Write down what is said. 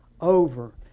Over